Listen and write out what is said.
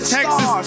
Texas